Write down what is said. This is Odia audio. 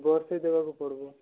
ବର୍ଷେ ଦେବାକୁ ପଡ଼ିବ